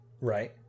Right